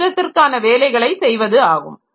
ஸிஸ்டத்திற்கான வேலைகளை செய்வது ஆகும்